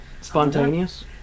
Spontaneous